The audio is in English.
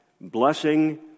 Blessing